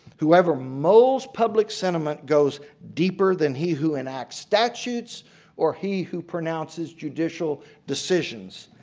whoever molds public sentiment goes deeper than he who enacts statutes or he who pronounces judicial decisions.